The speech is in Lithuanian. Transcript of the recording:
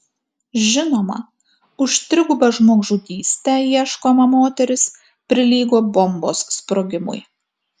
žinoma už trigubą žmogžudystę ieškoma moteris prilygo bombos sprogimui